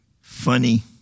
Funny